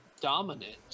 dominant